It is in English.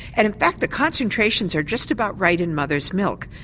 and in fact the concentrations are just about right in mother's milk.